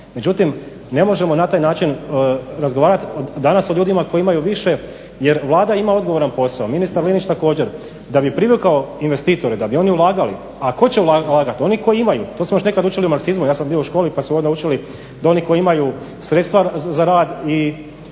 međutim ne možemo na taj način razgovarati danas o ljudima koji imaju više jer Vlada ima odgovoran posao, ministar Linić također. Da bi privukao investitore, da bi oni ulagali, a tko će ulagati? Oni koji imaju. To smo još nekad učili u marksizmu ja sam bio u školi pa smo onda učili da oni koji imaju sredstva za rad i